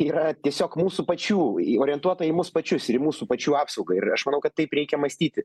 yra tiesiog mūsų pačių ji orientuota į mus pačius ir į mūsų pačių apsaugą ir aš manau kad taip reikia mąstyti